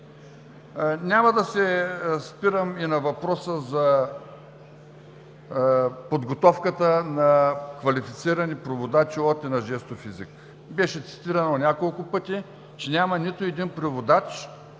Няма да се спирам и на въпроса за подготовката на квалифицирани преводачи от и на жестов език. Беше цитирано няколко пъти, че няма нито един преводач,